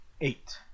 Eight